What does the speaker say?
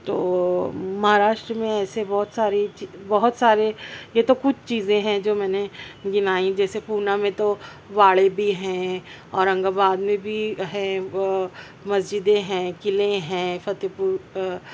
تو مہاراشٹر میں ایسے بہت ساری چی بہت سار ے یہ تو کچھ چیزیں ہیں جو میں نے گنائیں جیسے پونہ میں تو واڑے بھی ہیں اورنگ آباد میں بھی ہے مسجدیں ہیں قلعے ہیں فتح پور